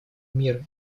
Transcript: мир